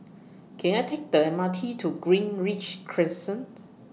Can I Take The M R T to Greenridge Crescent